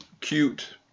cute